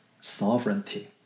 sovereignty